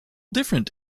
different